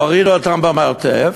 הורידו אותם למרתף,